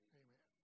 amen